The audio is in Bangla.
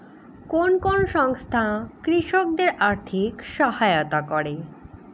কোন কোন সংস্থা কৃষকদের আর্থিক সহায়তা করে?